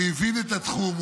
הוא הבין את התחום,